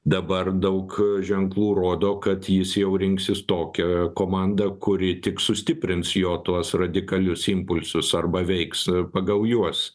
dabar daug ženklų rodo kad jis jau rinksis tokią komandą kuri tik sustiprins jo tuos radikalius impulsus arba veiks pagal juos